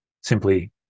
simply